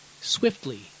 swiftly